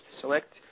select